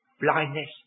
Blindness